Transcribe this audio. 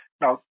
Now